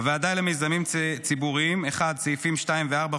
הוועדה למיזמים ציבוריים: סעיפים 2 ו-4,